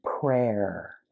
prayer